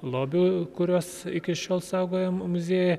lobių kuriuos iki šiol saugojimo muziejai